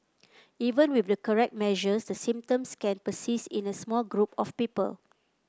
even with the correct measures the symptoms can persist in a small group of people